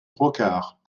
brocard